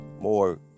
More